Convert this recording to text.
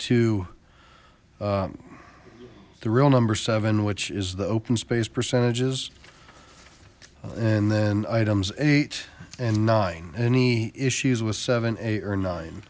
to the real number seven which is the open space percentages and then items eight and nine any issues with seven eight or nine